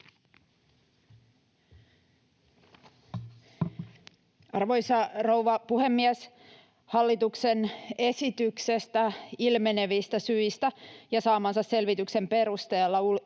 Arvoisa rouva puhemies! Hallituksen esityksestä ilmenevistä syistä ja saamansa selvityksen perusteella